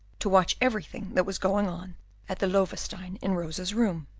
to watch everything that was going on at the loewestein in rosa's room,